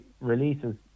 releases